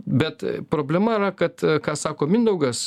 bet problema yra kad ką sako mindaugas